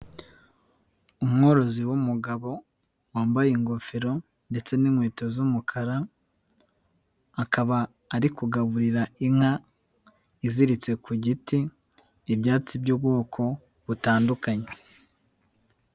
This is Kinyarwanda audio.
Umworozi w'umugabo wambaye ingofero ndetse n'inkweto z'umukara, akaba ari kugaburira inka iziritse ku giti ibyatsi by'ubwoko butandukanye.